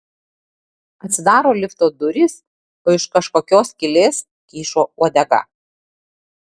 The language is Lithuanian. atsidaro lifto durys o iš kažkokios skylės kyšo uodega